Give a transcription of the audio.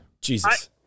Jesus